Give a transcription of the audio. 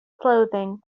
clothing